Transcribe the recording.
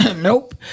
nope